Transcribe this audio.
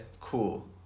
cool